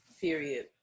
Period